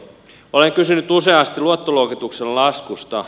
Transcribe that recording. olen kysynyt useasti luottoluokituksen laskusta